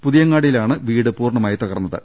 പുതിയങ്ങാടിയിലാണ് വീട് പൂർണ മായും തകർന്നത്